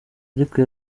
ariko